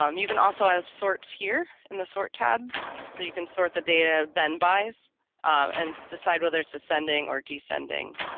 um you can also have sorts here in the sort tab so you can sort the data then bias and decide whether it's ascending or descending